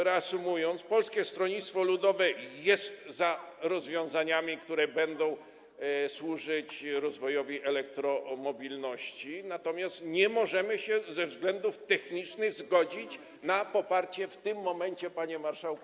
Reasumując, Polskie Stronnictwo Ludowe jest za rozwiązaniami, które będą służyć rozwojowi elektromobilności, natomiast nie możemy się ze względów technicznych zgodzić na poparcie tego projektu w tym momencie, panie marszałku.